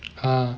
!huh!